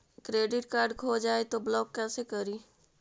Credit card खो जाए तो ब्लॉक कैसे करी?